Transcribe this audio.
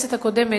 בכנסת הקודמת,